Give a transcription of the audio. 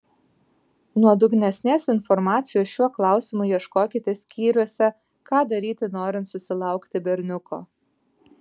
nuodugnesnės informacijos šiuo klausimu ieškokite skyriuose ką daryti norint susilaukti berniuko